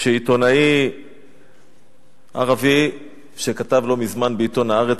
שעיתונאי ערבי שכתב לא מזמן בעיתון "הארץ",